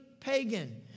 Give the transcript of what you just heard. pagan